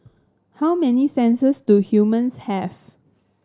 how many senses do humans have